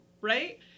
right